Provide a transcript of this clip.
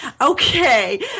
Okay